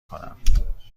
کنم